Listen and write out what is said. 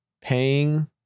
paying